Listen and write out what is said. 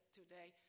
today